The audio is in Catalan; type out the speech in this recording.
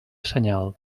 senyal